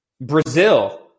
Brazil